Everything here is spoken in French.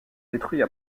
détruits